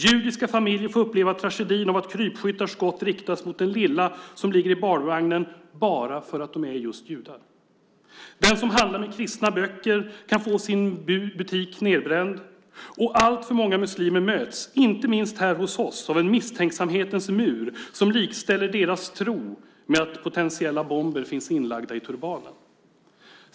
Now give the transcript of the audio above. Judiska familjer får uppleva tragedin av att krypskyttars skott riktas mot den lilla som ligger i barnvagnen, bara för att de är just judar. Den som handlar med kristna böcker kan få sin butik nedbränd. Och alltför många muslimer möts, inte minst här hos oss, av en misstänksamhetens mur som likställer deras tro med att potentiella bomber finns inlagda i turbanen.